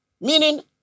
Meaning